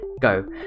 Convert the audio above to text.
go